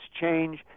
change